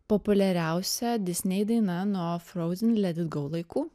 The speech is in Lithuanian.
populiariausia disney daina nuo frozen let it go laikų